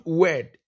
word